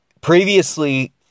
Previously